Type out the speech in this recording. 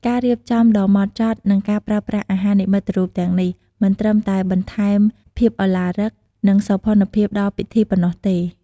ការរៀបចំដ៏ហ្មត់ចត់ និងការប្រើប្រាស់អាហារនិមិត្តរូបទាំងនេះ មិនត្រឹមតែបន្ថែមភាពឧឡារិក និងសោភ័ណភាពដល់ពិធីប៉ុណ្ណោះទេ។